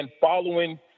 following